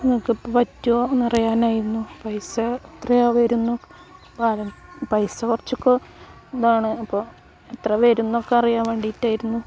നിങ്ങൾക്കിപ്പോൾ പറ്റുമോ എന്നറിയാനായിരുന്നു പൈസ എത്രയാണ് വരുന്നു വരാൻ പൈസ കുറച്ചൊക്കെ ഇതാണ് അപ്പോൾ എത്ര വരും എന്നൊക്കെ അറിയാൻ വേണ്ടിയിട്ടായിരുന്നു